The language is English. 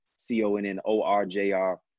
C-O-N-N-O-R-J-R